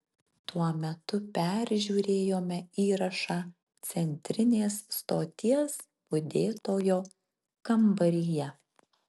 tuo metu peržiūrėjome įrašą centrinės stoties budėtojo kambaryje